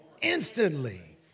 instantly